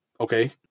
okay